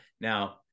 Now